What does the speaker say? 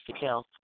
health